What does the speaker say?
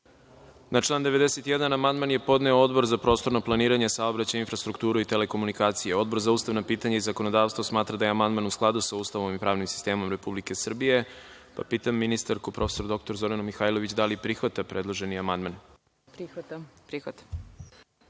član 91. amandman je podneo Odbor za prostorno planiranje, saobraćaj, infrastrukturu i telekomunikacije. Odbor za ustavna pitanja i zakonodavstvo smatra da je amandman u skladu sa Ustavom i pravnim sistemom Republike Srbije. Pitam ministarku, prof. dr Zoranu Mihajlović, da li prihvata predloženi amandman? **Zorana